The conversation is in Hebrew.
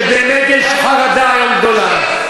שבאמת יש היום חרדה גדולה,